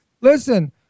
Listen